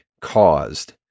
caused